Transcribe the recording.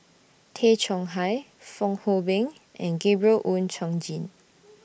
Tay Chong Hai Fong Hoe Beng and Gabriel Oon Chong Jin